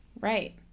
Right